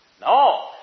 no